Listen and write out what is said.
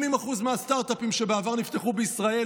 80% מהסטרטאפים שבעבר נפתחו בישראל,